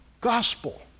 gospel